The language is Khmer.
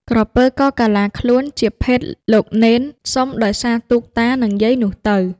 ក្រពើក៏កាឡាខ្លួនជាភេទលោកនេន សុំដោយសារទូកតានិងយាយនោះទៅ ។